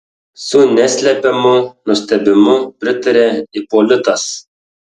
su neslepiamu nustebimu pritarė ipolitas